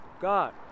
God